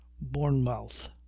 bournemouth